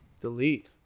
Delete